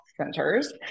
centers